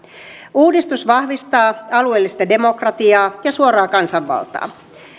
uudistus vahvistaa alueellista demokratiaa ja suoraa kansanvaltaa